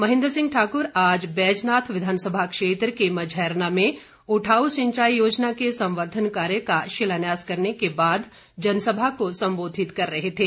महेन्द्र सिंह ठाकुर आज बैजनाथ विधानसभा क्षेत्र के मझैरना में उठाउ सिंचाई योजना के संवर्धन कार्य का शिलान्यास करने के बाद जनसभा को संबोधित कर रहे थे